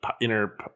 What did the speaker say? inner